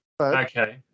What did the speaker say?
Okay